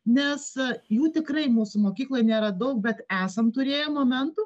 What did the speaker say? nes jų tikrai mūsų mokykloj nėra daug bet esam turėję momentų